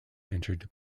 entered